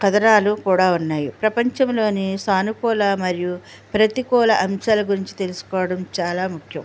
కథనాలు కూడా ఉన్నాయి ప్రపంచంలోని సానుకూల మరియు ప్రతికూల అంశాల గురించి తెలుసుకోవడం చాలా ముఖ్యం